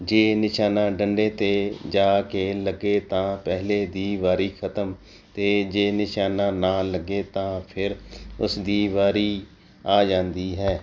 ਜੇ ਨਿਸ਼ਾਨਾ ਡੰਡੇ 'ਤੇ ਜਾ ਕੇ ਲੱਗੇ ਤਾਂ ਪਹਿਲੇ ਦੀ ਵਾਰੀ ਖ਼ਤਮ ਅਤੇ ਜੇ ਨਿਸ਼ਾਨਾ ਨਾ ਲੱਗੇ ਤਾਂ ਫਿਰ ਉਸ ਦੀ ਵਾਰੀ ਆ ਜਾਂਦੀ ਹੈ